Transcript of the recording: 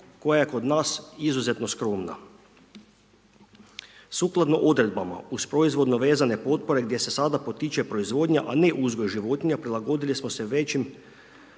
koja je kod nas izuzetno skromna. Sukladno odredbama uz proizvodno vezane potpore gdje se sada potiče proizvodnja, a ne uzgoj životinja prilagodili smo se većim,